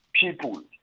people